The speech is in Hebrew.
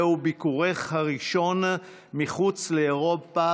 זהו ביקורך הראשון מחוץ לאירופה